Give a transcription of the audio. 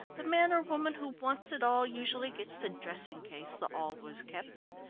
the man or woman who wants it all usually gets the dressing-case the all was kept in.